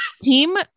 Team